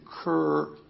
occur